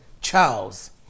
Charles